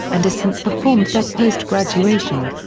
and has since performed there post-graduation.